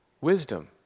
wisdom